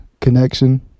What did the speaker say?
connection